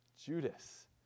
Judas